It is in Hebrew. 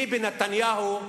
ביבי נתניהו,